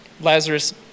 Lazarus